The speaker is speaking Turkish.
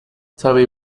tabii